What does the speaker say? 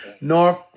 North